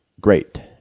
great